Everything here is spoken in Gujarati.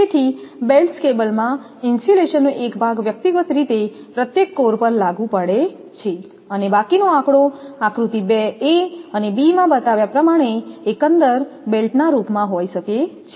તેથી બેલ્ટ્ડ કેબલમાં ઇન્સ્યુલેશનનો એક ભાગ વ્યક્તિગત રીતે પ્રત્યેક કોર પર લાગુ પડે છે અને બાકીનો આંકડો આકૃતિ 2 એ અને બીમાં બતાવ્યા પ્રમાણે એકંદર બેલ્ટ ના રૂપમાં હોઈ શકે છે